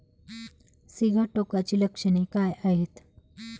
सिगाटोकाची लक्षणे काय आहेत?